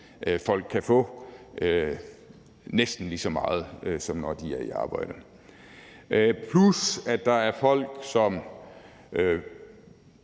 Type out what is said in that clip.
folk kan få næsten lige så meget, som når de er i arbejde. Derudover er der folk, som